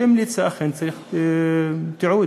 שהמליצה שאכן צריך תיעוד.